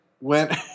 went